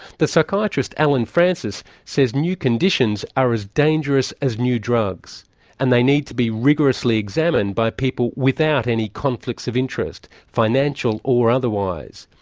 the psychiatrist allen francis says new conditions are as dangerous as new drugs and they need to be rigorously examined by people without any conflicts of interest financial or otherwise.